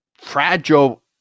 fragile